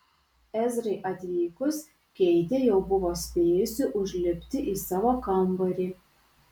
ezrai atvykus keitė jau buvo spėjusi užlipti į savo kambarį